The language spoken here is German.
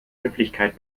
höflichkeit